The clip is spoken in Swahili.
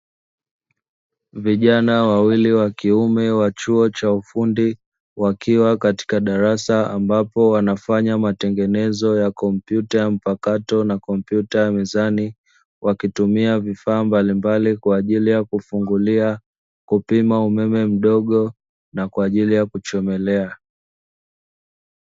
Vijana wawili wa kiume wa chuo cha ufundi wakiwa katika darasa, ambapo wanafanya matengenezo ya kompyuta ya mpakato na kompyuta ya mezani, wakitumia vifaa mbalimbali kwa ajili ya kufungulia kupima umeme mdogo na kwa ajili ya kuchomelea.